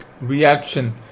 reaction